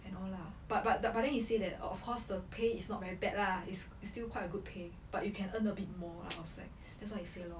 and all lah but but but but then he say that of course the pay is not very bad lah it's still quite a good pay but you can earn a bit more outside that's what he said lor